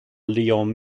lion